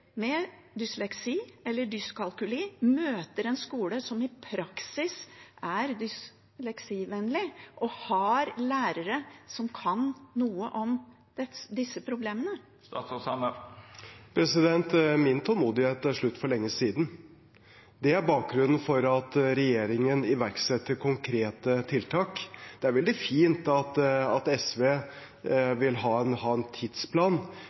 med dysleksi eller dyskalkuli møter en skole som i praksis er dysleksivennlig og har lærere som kan noe om disse problemene? Min tålmodighet er slutt for lenge siden. Det er bakgrunnen for at regjeringen iverksetter konkrete tiltak. Det er veldig fint at SV vil ha en tidsplan,